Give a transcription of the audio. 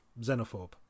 xenophobe